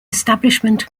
establishment